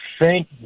thank